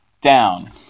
down